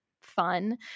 fun